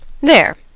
There